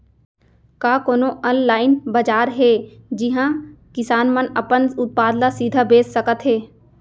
का कोनो अनलाइन बाजार हे जिहा किसान मन अपन उत्पाद ला सीधा बेच सकत हे?